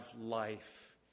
life